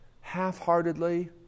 half-heartedly